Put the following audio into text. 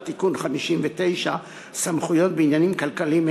(תיקון מס' 59) (סמכויות בעניינים כלכליים),